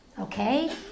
Okay